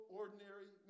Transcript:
ordinary